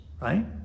right